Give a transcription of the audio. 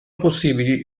possibili